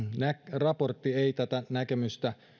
raportti ei tätä näkemystä